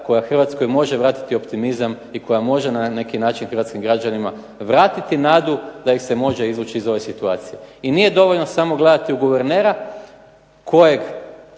koja Hrvatskoj može vratiti optimizam i koja može na neki način hrvatskim građanima vratiti nadu da ih se može izvući iz ove situacije. I nije dovoljno samo gledati u guvernera koji